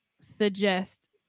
suggest